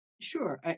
Sure